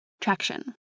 Traction